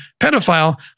pedophile